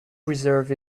reserve